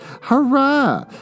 Hurrah